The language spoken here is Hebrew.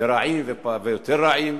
לרעים ויותר רעים,